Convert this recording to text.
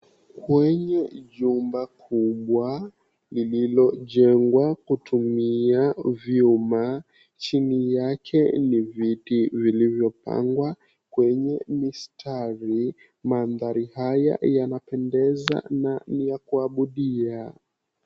Kwenye jumba kubwa lililojengwa kutumia vyuma, chini yake ni viti vilivyopangwa kwenye msitari maandhari haya ni ya kupendeza na ni ya kuabudia.